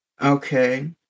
Okay